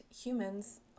humans